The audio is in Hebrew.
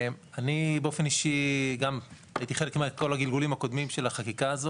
אני באופן אישי גם הייתי חלק מכל הגלגולים הקודמים של החקיקה הזאת,